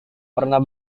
pernah